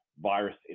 virus